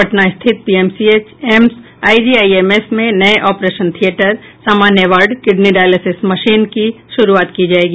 पटना स्थित PMCH AIIMS और IGIMS में नये ऑपरेशन थियेटर सामान्य वार्ड किडनी डायलिसिस मशीन की शुरूआत की जायेगी